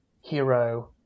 Hero